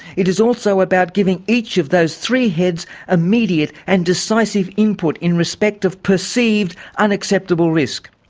it is also about giving each of those three heads immediate and decisive input in respect of perceived unacceptable risk.